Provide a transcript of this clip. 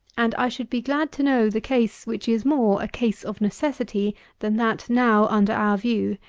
and i should be glad to know the case which is more a case of necessity than that now under our view.